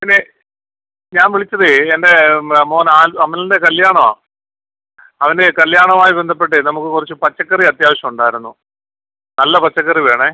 പിന്നെ ഞാൻ വിളിച്ചത് എന്റെ മോൻ അമലിന്റെ കല്ല്യാണമാണ് അവന്റെ കല്ല്യാണവുമായി ബന്ധപ്പെട്ടെ നമുക്ക് കുറച്ച് പച്ചക്കറി അത്യാവശ്യമുണ്ടായിരുന്നു നല്ല പച്ചക്കറി വേണെ